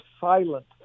silent